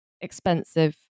expensive